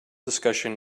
discussion